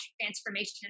transformation